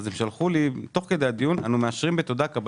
הם שלחו לי תשובה האומרת תוך כדי הדיון